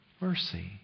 mercy